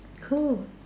cool